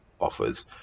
offers